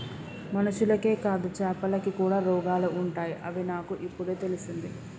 మనుషులకే కాదు చాపలకి కూడా రోగాలు ఉంటాయి అని నాకు ఇపుడే తెలిసింది